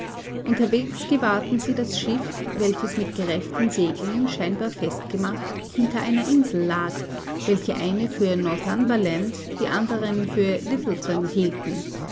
unterwegs gewahrten sie das schiff welches mit gerefften segeln scheinbar festgemacht hinter einer insel lag welche einige für northumberland andere dagegen für littleton hielten